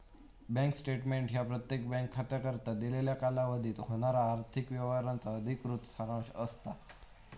bank statement ह्या प्रत्येक bank खात्याकरता दिलेल्या कालावधीत होणारा आर्थिक व्यवहारांचा अधिकृत सारांश असता